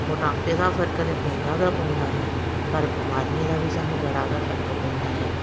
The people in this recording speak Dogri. मोटापे दा फरक ते पौंदा गै पौंदा ऐ पर बमारियें दा बी सानूं बड़ा गै फरक पौंदा ऐ